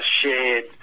shared